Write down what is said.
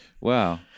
Wow